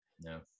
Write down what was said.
No